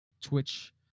Twitch